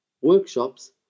workshops